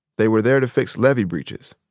they were there to fix levee breaches.